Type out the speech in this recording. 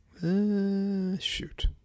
Shoot